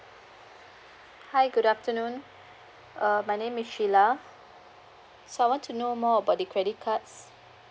hi good afternoon uh my name is sheila so I want to know more about the credit cards